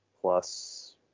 plus